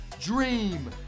dream